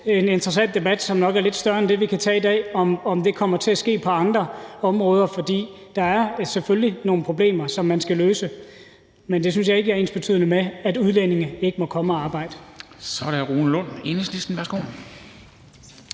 en interessant debat, som nok er lidt større end det, vi kan tage i dag, altså om det kommer til at ske på andre områder, for der er selvfølgelig nogle problemer, som man skal løse, men det synes jeg ikke er ensbetydende med, at udlændinge ikke må komme og arbejde. Kl. 13:11 Formanden (Henrik